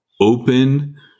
open